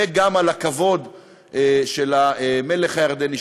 וגם על הכבוד של המלך הירדני,